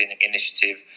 initiative